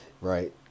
Right